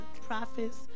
prophets